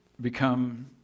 become